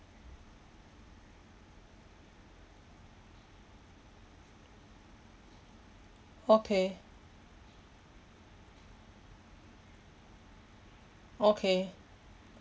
okay okay